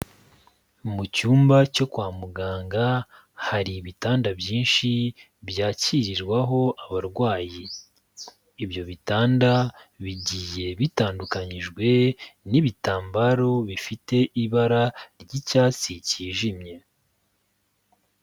Mu cyumba cyo kwa muganga hari ibitanda byinshi byakirirwaho abarwayi, ibyo bitanda bigiye bitandukanyijwe n'ibitambaro bifite ibara ry'icyatsi cyijimye.